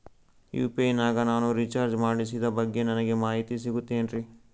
UPI ನಾಗ ನಾನು recharge ಮಾಡಿಸಿದ ಬಗ್ಗೆ ನನಗೆ ಮಾಹಿತಿ ಸಿಗುತೇನ್ರೀ?